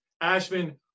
Ashman